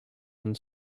and